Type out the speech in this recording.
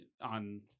on